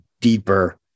deeper